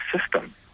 system